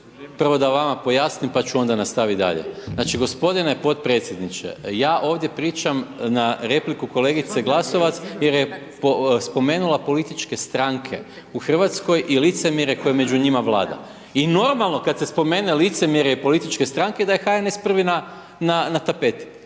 Prvo da vama pojasnim, pa ću onda nastavit dalje. Znači g. potpredsjedniče, ja ovdje pričam na repliku kolegice Glasovac jer je spomenula političke stranke u Hrvatskoj i licemjerje koje među njima vlada. I normalno kad se spomene licemjerje i političke stranke da je HNS prvi na tapeti.